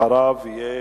אחריו יהיה